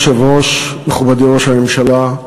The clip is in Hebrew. אדוני היושב-ראש, מכובדי ראש הממשלה,